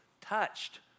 touched